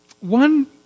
One